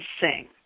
sing